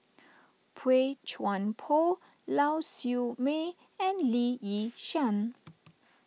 Boey Chuan Poh Lau Siew Mei and Lee Yi Shyan